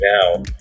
now